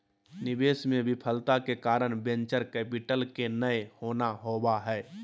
निवेश मे विफलता के कारण वेंचर कैपिटल के नय होना होबा हय